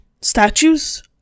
statues